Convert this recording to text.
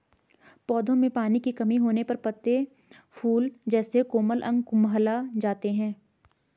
पौधों में पानी की कमी होने पर पत्ते, फूल जैसे कोमल अंग कुम्हला जाते हैं